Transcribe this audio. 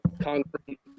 concrete